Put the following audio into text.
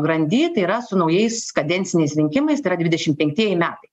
grandy tai yra su naujais kadenciniais rinkimais tai yra dvidešim penktieji metai